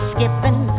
Skipping